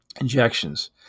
injections